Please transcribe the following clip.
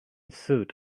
suit